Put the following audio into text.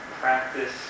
Practice